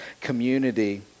community